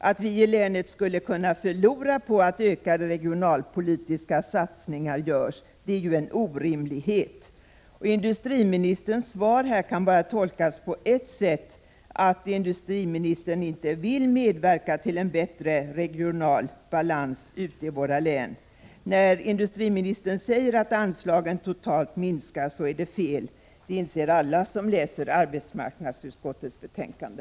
Att vi i länet skulle kunna förlora på att ökade regionalpolitiska satsningar görs är en orimlighet. Industriministerns svar kan bara tolkas på ett sätt: industriministern vill inte medverka till en bättre regional balans ute i våra län. När industriministern säger att anslagen minskar totalt är det fel — det inser alla som läser arbetsmarknadsutskottets betänkande.